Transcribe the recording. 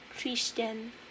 Christian